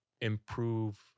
improve